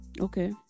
Okay